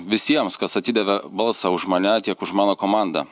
visiems kas atidavė balsą už mane tiek už mano komandą